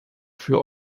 für